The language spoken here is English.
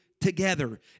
together